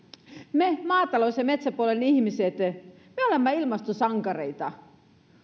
me maatalous ja metsäpuolen ihmiset olemme ilmastosankareita